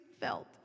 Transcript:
felt